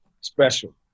Special